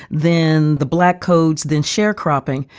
then the black codes than sharecropping.